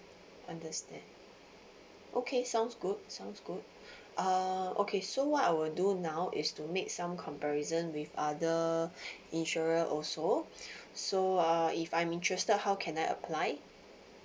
understand okay sounds good sounds good uh okay so what I will do now is to make some comparison with other insurer also so uh if I'm interested how can I apply